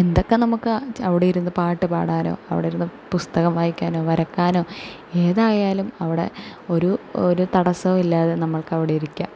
എന്തൊക്കെ നമുക്ക് അവിടെ ഇരുന്ന് പാട്ടുപാടാനോ അവിടെ ഇരുന്ന് പുസ്തകം വായിക്കാനോ വരയ്ക്കാനോ ഏതായാലും അവിടെ ഒരു ഒരു തടസോം ഇല്ലാതെ നമുക്കവിടെ ഇരിക്കാം